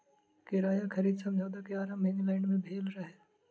किराया खरीद समझौता के आरम्भ इंग्लैंड में भेल रहे